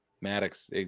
Maddox